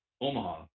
Omaha